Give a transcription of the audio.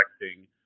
directing